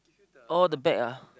oh the bag ah